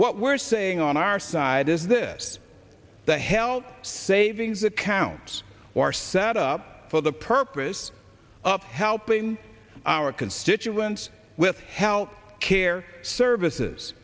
what we're saying on our side is this the hell savings accounts are set up for the purpose of helping our constituents with health care services